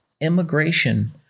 immigration